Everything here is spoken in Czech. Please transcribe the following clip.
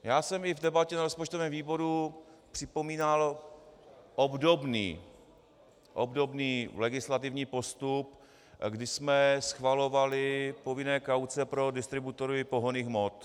Já jsem i v debatě na rozpočtovém výboru připomínal obdobný legislativní postup, kdy jsme schvalovali povinné kauce pro distributory pohonných hmot.